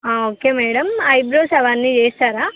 okay madam eyebrows అవన్నీ చేస్తారా